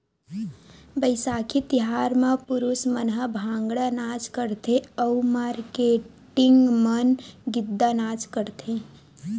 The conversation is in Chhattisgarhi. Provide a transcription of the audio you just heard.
बइसाखी तिहार म पुरूस मन ह भांगड़ा नाच करथे अउ मारकेटिंग मन गिद्दा नाच करथे